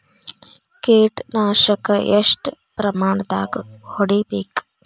ಕೇಟ ನಾಶಕ ಎಷ್ಟ ಪ್ರಮಾಣದಾಗ್ ಹೊಡಿಬೇಕ?